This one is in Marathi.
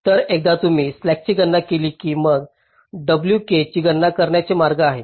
तर एकदा तुम्ही स्लॅकची गणना केली की मग wk ची गणना करण्याचे मार्ग आहेत